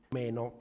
meno